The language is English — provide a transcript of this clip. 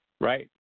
Right